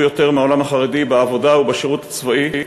יותר מהעולם החרדי בעבודה ובשירות הצבאי,